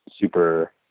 super